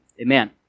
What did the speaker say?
amen